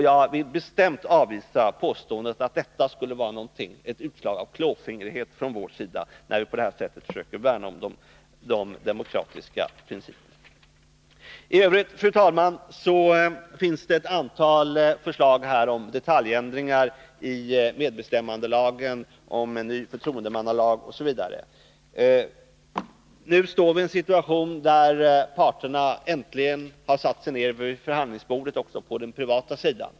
Jag vill bestämt avvisa påståendet att det skulle vara ett utslag av klåfingrighet från vår sida när vi på det här sättet försöker värna om de demokratiska principerna. I övrigt, fru talman, finns det ett antal förslag om detaljändringar i medbestämmandelagen, om ny förtroendemannalag osv. Nu befinner vi oss i en situation där parterna äntligen har satt sig ned vid förhandlingsbordet också på den privata sidan.